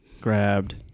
grabbed